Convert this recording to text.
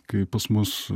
kai pas mus